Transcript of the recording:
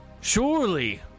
surely